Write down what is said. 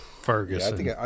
Ferguson